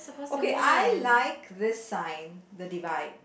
okay I like this sign the divide